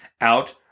out